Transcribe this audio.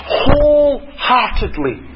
wholeheartedly